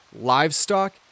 livestock